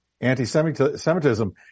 anti-Semitism